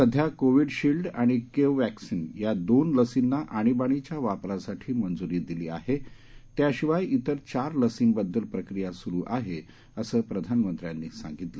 सध्या Covishield आणि Covaxin या दोन लसींना आणीबाणीच्या वापरासाठी मंजूरी दिली आहे त्याशिवाय तेर चार लसींबद्दल प्रक्रिया सुरू आहे असं प्रधानमंत्र्यांनी सांगितलं